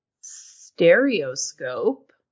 stereoscope